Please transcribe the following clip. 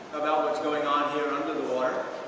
about what's going on here under the water